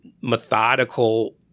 methodical